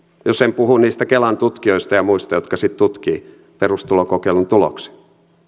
jos en puhu niistä kelan tutkijoista ja muista jotka sitten tutkivat perustulokokeilun tuloksia